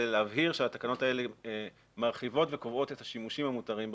להבהיר שהתקנות האלה מרחיבות וקובעות את השימושים המותרים בבוצה.